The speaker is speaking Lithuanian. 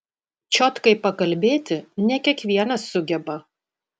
čiotkai pakalbėti ne kiekvienas sugeba